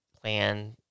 plan